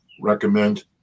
recommend